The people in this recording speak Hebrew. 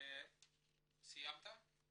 סיימת?